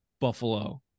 buffalo